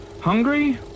Hungry